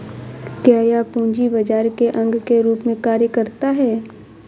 क्या यह पूंजी बाजार के अंग के रूप में कार्य करता है?